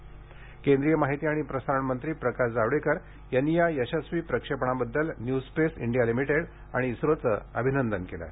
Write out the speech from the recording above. जावडेकर माहिती आणि प्रसारण मंत्री प्रकाश जावडेकर यांनी या यशस्वी प्रक्षेपणाबद्दल न्यू स्पेस इंडिया लिमिटेड आणि इस्रोचं अभिनंदन केलं आहे